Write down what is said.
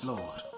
Lord